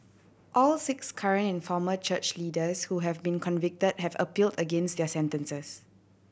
all six current and former church leaders who have been convicted have appealed against their sentences